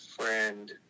friend